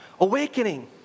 Awakening